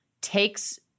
takes